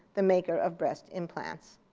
the maker of breast implants.